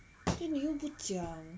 then 你又不讲